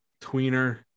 tweener